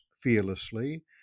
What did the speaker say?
fearlessly